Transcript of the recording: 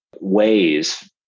ways